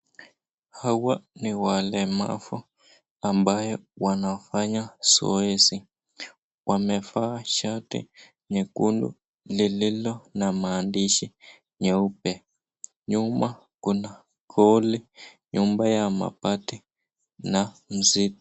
Hawa ni walemavu ambaye wanafanya zoezi, wamevaa shati nyekundu lililo na maandishi nyeupe , nyuma kuna gooli nyumba ya mabati na..